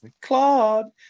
Claude